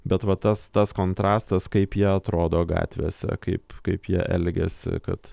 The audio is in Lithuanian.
bet va tas tas kontrastas kaip jie atrodo gatvėse kaip kaip jie elgiasi kad